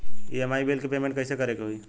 EMI bill के payment कइसे करे के होई?